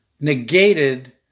negated